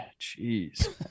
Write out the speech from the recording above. Jeez